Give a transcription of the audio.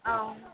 అవును